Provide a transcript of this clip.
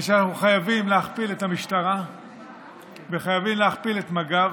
היא שאנחנו חייבים להכפיל את המשטרה וחייבים להכפיל את מג"ב.